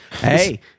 Hey